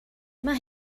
mae